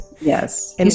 Yes